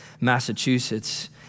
Massachusetts